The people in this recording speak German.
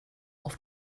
auf